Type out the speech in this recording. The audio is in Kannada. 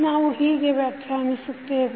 ನಾವು ಹೀಗೆ ವ್ಯಾಖ್ಯಾನಿಸುತ್ತೇವೆ